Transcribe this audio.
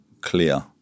clear